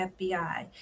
FBI